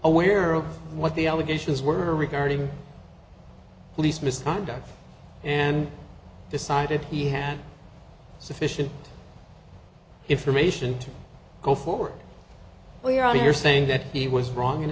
aware of what the allegations were regarding police misconduct and decided he had sufficient information to go forward we're all you're saying that he was wrong i